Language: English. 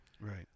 Right